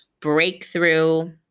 breakthrough